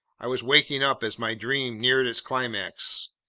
i was waking up as my dream neared its climax!